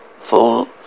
full